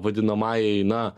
vadinamajai na